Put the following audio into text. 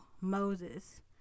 Moses